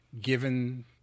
given